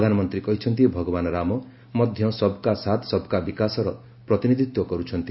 ପ୍ରଧାନମନ୍ତ୍ରୀ କହିଛନ୍ତି ଭଗବାନ ରାମ ମଧ୍ୟ ସବ୍ କା ସାଥ୍ ସବ୍କା ବିକାଶର ପ୍ରତିନିଧିତ୍ୱ କରୁଛନ୍ତି